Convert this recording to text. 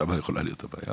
שם הבעיה.